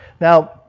now